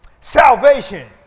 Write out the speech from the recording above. Salvation